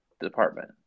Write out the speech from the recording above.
Department